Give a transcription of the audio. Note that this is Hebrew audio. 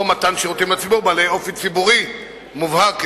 או מתן שירותים בעלי אופי ציבורי מובהק לציבור,